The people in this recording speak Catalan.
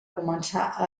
començar